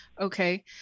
Okay